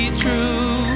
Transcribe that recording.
true